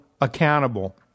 accountable